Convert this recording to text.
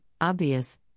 obvious